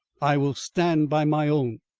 i will stand by my own.